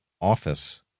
office